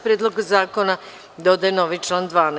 Predloga zakona dodaje novi član 12.